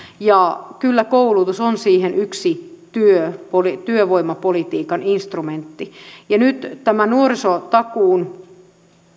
ja kyllä koulutus on siihen yksi työvoimapolitiikan instrumentti nyt tämä nuorisotakuun